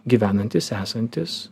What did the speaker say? gyvenantis esantis